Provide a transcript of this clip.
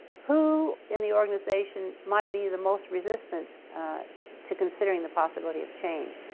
who in the organization might be the most resistant to considering the possibility of change?